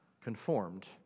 conformed